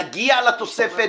נגיע לתוספת.